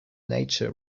nature